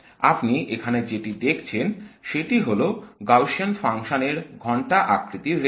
আপনি এখানে যেটি দেখছেন সেটি হল গাউসীয়ান ফাংশন এর ঘন্টা আকৃতির রেখা